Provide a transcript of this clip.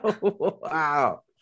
Wow